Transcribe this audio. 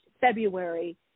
February